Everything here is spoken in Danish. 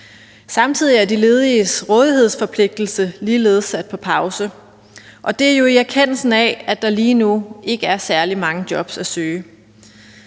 Samtidig er de lediges rådighedsforpligtelse ligeledes sat på pause, og det er jo i erkendelsen af, at der lige nu ikke er særlig mange jobs at søge.